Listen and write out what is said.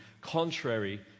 contrary